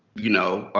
you know,